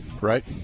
right